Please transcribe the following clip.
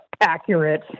accurate